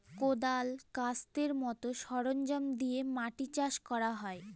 কোঁদাল, কাস্তের মতো সরঞ্জাম দিয়ে মাটি চাষ করা হয়